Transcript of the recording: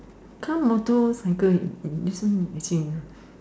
car motorcycle and this one missing ah